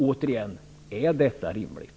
Återigen: Är detta rimligt?